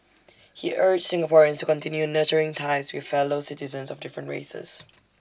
he urged Singaporeans to continue nurturing ties with fellow citizens of different races